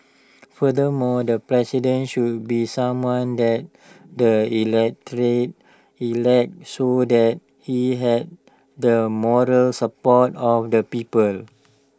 furthermore the president should be someone that the electorate elects so that he has the model support of the people